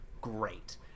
great